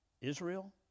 Israel